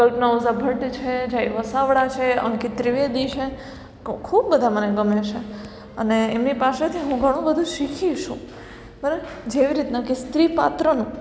કલ્પના ઓઝા ભટ્ટ છે જય વસાવડા છે અંકિત ત્રિવેદી છે ખૂબ બધા મને ગમે છે અને એમની પાસેથી હું ઘણું બધુ શીખી છું પણ જેવી રીતના કે સ્ત્રી પાત્રનું